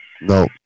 No